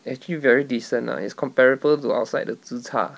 actually very decent lah is comparable to outside 的 tze char